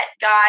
guys